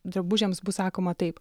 drabužiams bus sakoma taip